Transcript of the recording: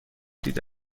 دیده